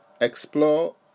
Explore